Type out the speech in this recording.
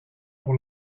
pour